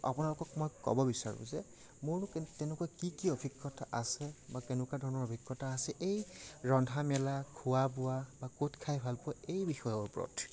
আপোনালোকক মই ক'ব বিচাৰোঁ যে মোৰ কি তেনেকুৱা কি কি অভিজ্ঞতা আছে বা কেনেকুৱা ধৰণৰ অভিজ্ঞতা আছে এই ৰন্ধা মেলা খোৱা বোৱা বা ক'ত খাই ভাল পোৱা এই বিষয়ৰ ওপৰত